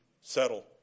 settle